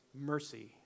mercy